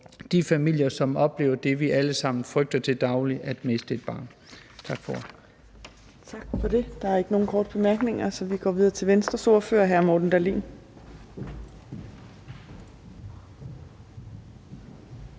de familier, som oplever det, vi alle sammen frygter til daglig, nemlig at miste et barn. Tak for